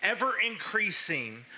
ever-increasing